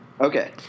Okay